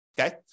okay